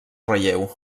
relleu